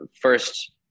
first